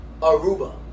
Aruba